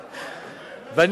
וואו.